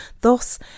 Thus